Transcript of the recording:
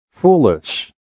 Foolish